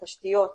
התשתיות,